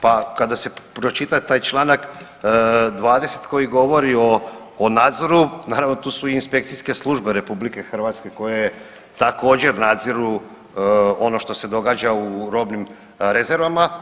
Pa kada se pročita taj članak 20. koji govori o, o nadzoru naravno tu su i inspekcijske službe RH koje također nadziru ono što se događa u robnim rezervama.